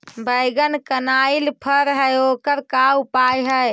बैगन कनाइल फर है ओकर का उपाय है?